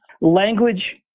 Language